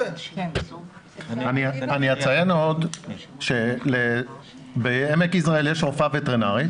אני אציין עוד שבעמק יזרעאל יש רופאה וטרינרית